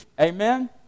Amen